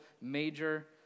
major